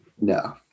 No